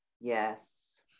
Yes